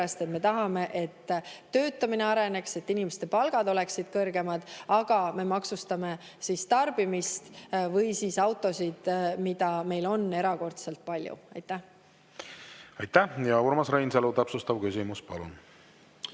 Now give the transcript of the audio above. sest me tahame, et töötamine areneks ja et inimeste palgad oleksid kõrgemad. Aga me maksustame tarbimist ja autosid, mida meil on erakordselt palju. Aitäh! Urmas Reinsalu, täpsustav küsimus, palun!